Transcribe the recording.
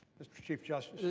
mr. chief justice.